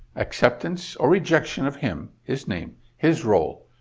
acceptance or rejection of him, his name, his role,